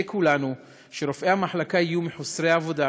כולנו שרופאי המחלקה יהיו מחוסרי עבודה,